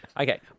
Okay